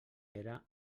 era